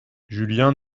julien